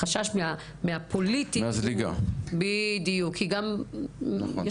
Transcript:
החשש מהזליגה ומהפוליטי קיים,